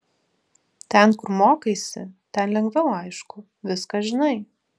ten kur mokaisi ten lengviau aišku viską žinai